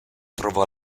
trovò